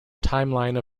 timeline